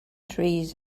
trees